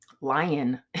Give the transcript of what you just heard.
lion